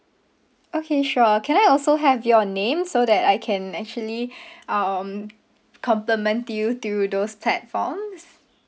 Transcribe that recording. okay sure can I also have your name so that I can actually um compliment you through those platforms